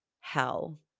hell